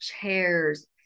chairs